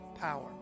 power